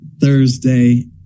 Thursday